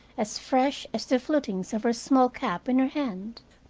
as fresh as the flutings of her small cap, in her hand.